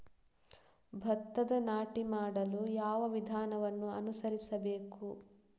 ಭತ್ತದ ನಾಟಿ ಮಾಡಲು ಯಾವ ವಿಧಾನವನ್ನು ಅನುಸರಿಸಬೇಕು?